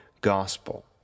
gospel